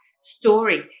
story